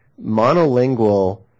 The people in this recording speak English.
monolingual